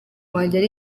wanjye